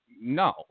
no